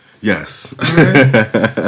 Yes